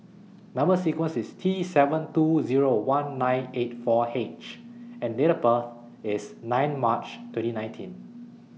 Number sequence IS T seven two Zero one nine eight four H and Date of birth IS nine March twenty nineteen